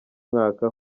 mwaka